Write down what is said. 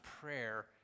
prayer